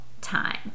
time